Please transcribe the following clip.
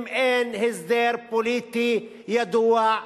אם אין הסדר פוליטי ידוע.